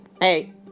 hey